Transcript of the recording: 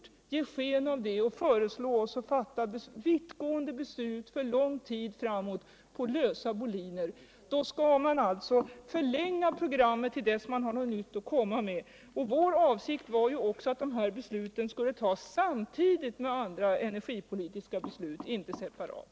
dvs. ge sken av att det är något nytt och föreslå oss att fatta viltgående beslut för lång tid framåt på lösa boliner. Då skall man i stället förlänga det befintliga programmet till dess avi man har något nytt att komma med. Vår avsikt var också att de här besluten skulle tas samtidigt med andra energipolitiska beslut — inte separat.